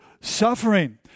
suffering